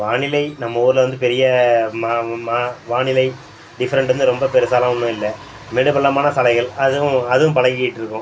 வானிலை நம்ம ஊரில் வந்து பெரிய ம ம வானிலை டிஃப்ரெண்டு வந்து ரொம்ப பெருசாலாம் ஒன்றும் இல்லை மேடு பள்ளமான சாலைகள் அதுவும் அதும் பழகியிட்ருக்கும்